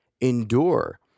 endure